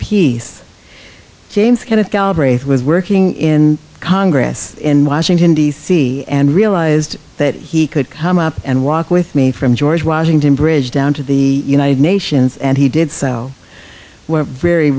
galbraith was working in congress in washington d c and realized that he could come up and walk with me from george washington bridge down to the united nations and he did sell were very